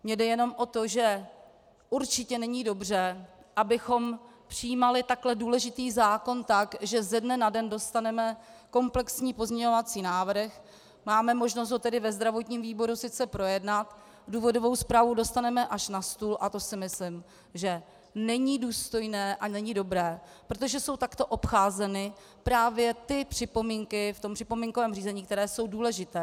Mně jde jenom o to, že určitě není dobře, abychom přijímali takhle důležitý zákon tak, že ze dne na den dostaneme komplexní pozměňovací návrh, máme možnost ho ve zdravotním výboru sice projednat, důvodovou zprávu dostaneme až na stůl, a to si myslím, že není důstojné a není dobré, protože jsou takto obcházeny právě ty připomínky v připomínkovém řízení, které jsou důležité.